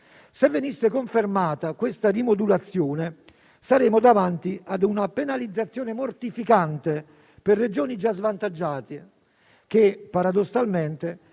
Se venisse confermata questa rimodulazione, saremmo davanti ad una penalizzazione mortificante per Regioni già svantaggiate che, paradossalmente,